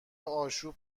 آشوب